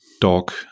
dog